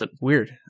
Weird